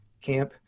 camp